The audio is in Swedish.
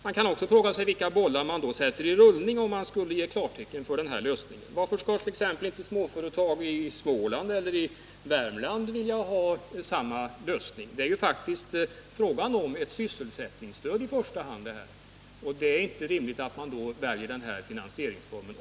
Man kan också fråga sig vilka bollar man skulle sätta i rullning, om man gav klartecken för den här lösningen. Varför skulle t.ex. inte småföretag i Småland eller Värmland vilja ha samma lösning? Det är faktiskt fråga om ett sysselsättningsstöd i första hand, och det är inte rimligt att då välja den här finansieringsformen.